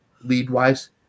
lead-wise